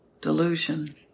Delusion